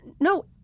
no